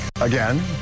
again